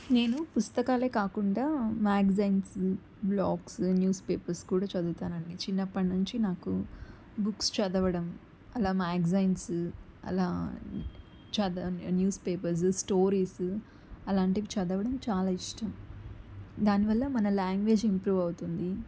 నేను పుస్తకాలే కాకుండా మ్యాగజైన్స్ బ్లాగ్స్ న్యూస్ పేపర్స్ కూడా చదువుతానండి చిన్నప్పటినుంచి నాకు బుక్స్ చదవడం అలా మ్యాగజైన్స్ అలా న్యూస్ పేపర్స్ స్టోరీసు అలాంటివి చదవడం చాలా ఇష్టం దానివల్ల మన లాంగ్వేజ్ ఇంప్రూవ్ అవుతుంది